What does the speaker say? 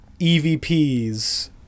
evps